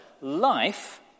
life